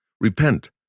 Repent